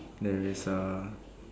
there is a